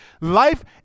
Life